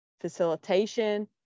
facilitation